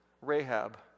Rahab